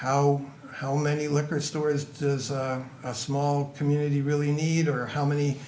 how how many liquor stores does a small community really need or how many